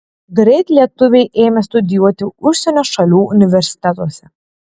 greit lietuviai ėmė studijuoti užsienio šalių universitetuose